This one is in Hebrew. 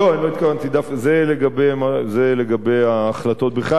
זה לגבי ההחלטות בכלל ביהודה ושומרון.